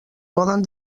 poden